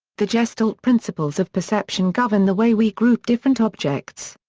the gestalt principles of perception govern the way we group different objects.